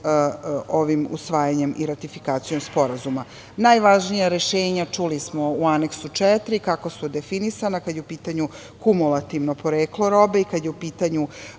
ovim usvajanjem i ratifikacijom Sporazuma. Najvažnija rešenja, čuli smo u Aneksu 4 kako su definisana kada je u pitanju kumulativno poreklo robe i kada je u pitanju